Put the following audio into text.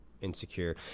insecure